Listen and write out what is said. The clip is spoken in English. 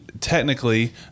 technically